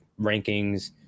rankings